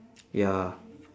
ya